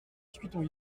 discutons